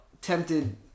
tempted